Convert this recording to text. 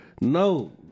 No